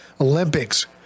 Olympics